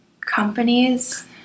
companies